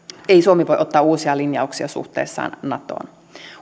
ei suomi voi ottaa uusia linjauksia suhteessaan natoon